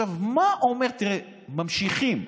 תראה, ממשיכים.